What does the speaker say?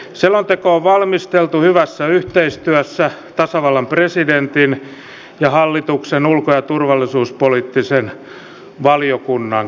selonteko on valmisteltu hyvässä yhteistyössä tasavallan presidentin ja hallituksen ulko ja turvallisuuspoliittisen valiokunnan kesken